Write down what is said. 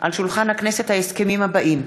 על שולחן הכנסת ההסכמים האלה: